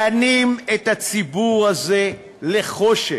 דנים את הציבור הזה לחושך